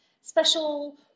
special